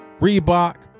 Reebok